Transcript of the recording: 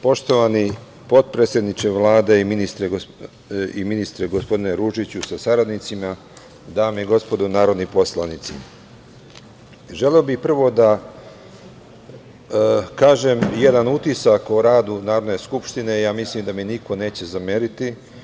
Poštovani potpredsedniče Vlade i ministre, gospodine Ružiću sa saradnicima, dame i gospodo narodni poslanici, želeo bih prvo da kažem jedan utisak o radu Narodne skupštine, mislim da mi niko neće zameriti.